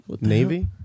Navy